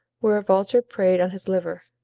where a vulture preyed on his liver,